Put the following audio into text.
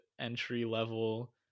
entry-level